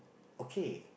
okay